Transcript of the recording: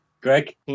Greg